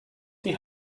die